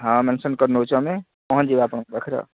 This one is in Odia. ହଁ ମେନସନ୍ କରିନେଉଛୁ ଆମେ ପହଞ୍ଚିଯିବ ଆପଣଙ୍କ ପାଖରେ